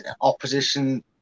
opposition